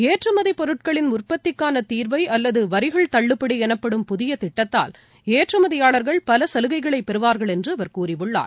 ஏற்றுமதி பொருட்களின் உற்பத்திக்கான தீர்வை அல்லது வரிகள் தள்ளுபடி எனப்படும் புதியத் திட்டத்தால் ஏற்றுமதியாளர்கள் பல சலுகைகளை பெறுவார்கள் என்று அவர் கூறியுள்ளார்